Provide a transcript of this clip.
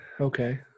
Okay